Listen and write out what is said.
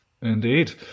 Indeed